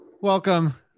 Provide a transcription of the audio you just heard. welcome